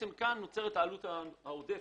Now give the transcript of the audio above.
כאן נוצרת העלות העודפת,